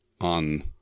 on